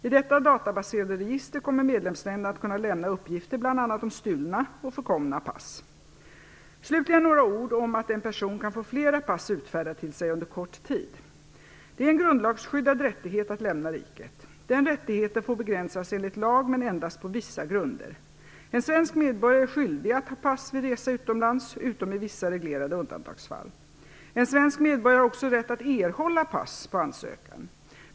I detta databaserade register kommer medlemsländerna att kunna lämna uppgifter bl.a. om stulna och förkomna pass. Slutligen några ord om att en person kan få flera pass utfärdade till sig under kort tid. Det är en grundlagsskyddad rättighet att lämna riket . Den rättigheten får begränsas enligt lag men endast på vissa grunder. En svensk medborgare är skyldig att ha pass vid resa utomlands utom i vissa reglerade undantagsfall. En svensk medborgare har också rätt att erhålla pass på ansökan.